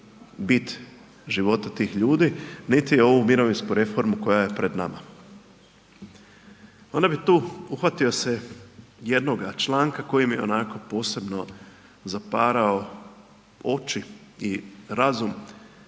bit života tih ljudi, niti ovu mirovinsku reformu koja je pred nama. Onda bi tu uhvatio se jednoga članka koji mi onako posebno zaparao oči i razum,